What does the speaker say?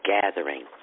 Gathering